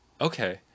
okay